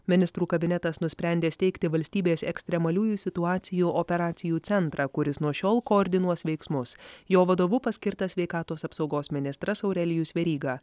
ministrų kabinetas nusprendė steigti valstybės ekstremaliųjų situacijų operacijų centrą kuris nuo šiol koordinuos veiksmus jo vadovu paskirtas sveikatos apsaugos ministras aurelijus veryga